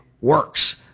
works